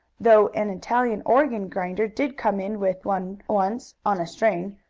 though an italian organ grinder did come in with one once, on a string.